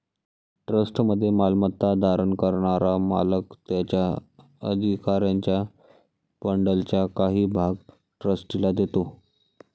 ट्रस्टमध्ये मालमत्ता धारण करणारा मालक त्याच्या अधिकारांच्या बंडलचा काही भाग ट्रस्टीला देतो